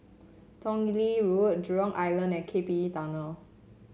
Tong Lee Road Jurong Island and K P E Tunnel